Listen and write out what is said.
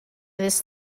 this